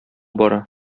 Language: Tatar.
бара